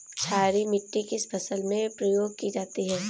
क्षारीय मिट्टी किस फसल में प्रयोग की जाती है?